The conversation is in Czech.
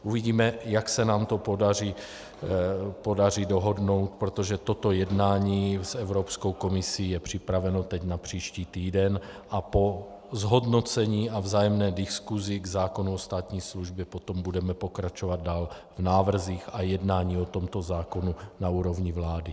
Uvidíme, jak se nám to podaří dohodnout, protože toto jednání s Evropskou komisí je připraveno teď na příští týden, a po zhodnocení a vzájemné diskusi k zákonu o státní službě potom budeme pokračovat dále v návrzích a jednáních o tomto zákonu na úrovni vlády.